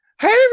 hey